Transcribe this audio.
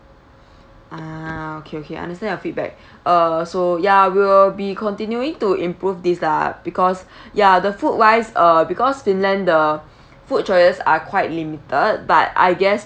ah okay okay I understand your feedback uh so ya we'll be continuing to improve this lah because ya the food wise uh because finland the food choices are quite limited but I guess